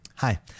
Hi